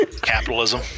Capitalism